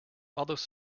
although